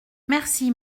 merci